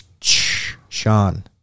Sean